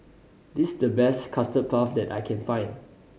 this the best Custard Puff that I can find